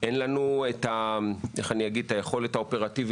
אין לנו את היכולת איך אני אגיד את זה האופרטיבית